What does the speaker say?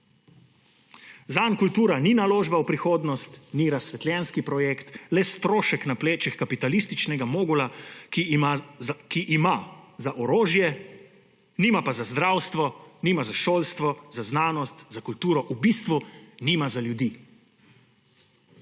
Zanj kultura ni naložba v prihodnost, ni razsvetljenski projekt, le strošek na plečih kapitalističnega mogula, ki ima za orožje, nima pa za zdravstvo, nima za šolstvo, za znanost, za kulturo – v bistvu nima za ljudi.